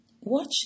watch